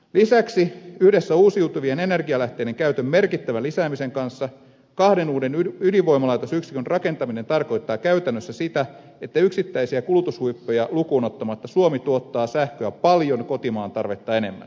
lisäksi yhdessä uusiutuvien energialähteiden käytön merkittävän lisäämisen kanssa kahden uuden ydinvoimalaitosyksikön rakentaminen tarkoittaa käytännössä sitä että yksittäisiä kulutushuippuja lukuun ottamatta suomi tuottaa sähköä paljon kotimaan tarvetta enemmän